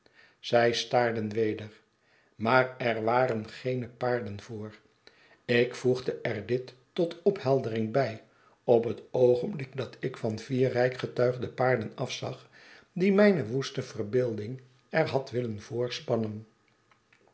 zij staarden weder a maar er waren geene paarden voor ik voegde er dit tot opheldering bij op het oogenblik dat ik van vier rijk getuigde paarden afzag die mijne woeste verbeelding er had willen